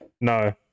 No